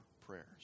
prayers